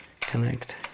connect